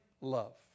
love